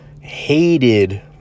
hated